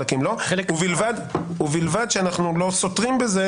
ובלבד שאנחנו לא סותרים בכך